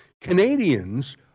Canadians